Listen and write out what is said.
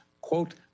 quote